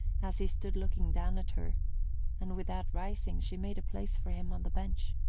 as he stood looking down at her and without rising she made a place for him on the bench.